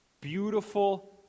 beautiful